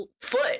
foot